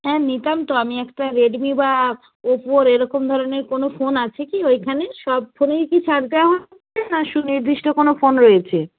হ্যাঁ নিতাম তো আমি একটা রেডমি বা ওপোর এরকম ধরনের কোনো ফোন আছে কি ওইখানে সব ফোনেই কি ছাড় দেওয়া হচ্ছে না শুধু নির্দিষ্ট কোনো ফোন রয়েছে